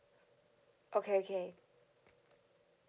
okay okay